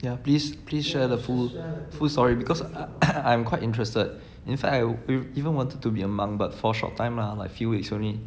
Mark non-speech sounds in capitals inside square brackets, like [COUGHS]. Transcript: ya please please share the full full story because I [COUGHS] I'm quite interested in fact I even wanted to be a monk but for a short time lah like few weeks only